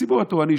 הציבור התורני,